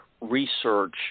research